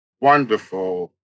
wonderful